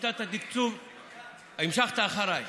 המשכת אחריי,